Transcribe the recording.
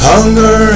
Hunger